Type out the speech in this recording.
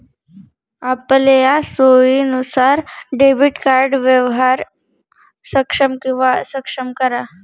आपलया सोयीनुसार debit card व्यवहार सक्षम किंवा अक्षम करा